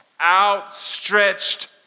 outstretched